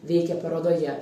veikia parodoje